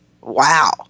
Wow